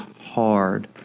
hard